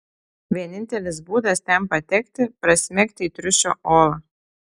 vienintelis būdas ten patekti prasmegti į triušio olą